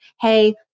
hey